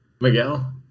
Miguel